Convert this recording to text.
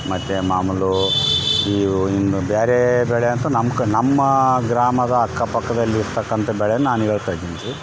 ಮತ್ತು ಮಾಮುಲು ಹೀರು ಇನ್ನು ಬೇರೆ ಬೆಳೆ ಅಂತು ನಮ್ಮ ನಮ್ಮ ಗ್ರಾಮದ ಅಕ್ಕ ಪಕ್ಕದಲ್ಲಿ ಇರ್ತಕ್ಕಂಥ ಬೆಳೆಯನ್ನು ನಾನು ಹೇಳ್ತಾಯಿದಿನಿ